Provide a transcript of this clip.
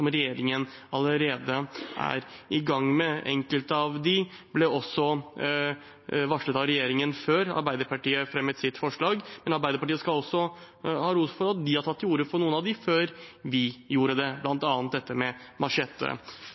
er i gang med. Enkelte av dem ble også varslet av regjeringen før Arbeiderpartiet fremmet sine forslag, men Arbeiderpartiet skal ha ros for at de har tatt til orde for noen av dem før vi gjorde det,